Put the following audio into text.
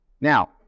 Now